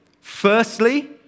Firstly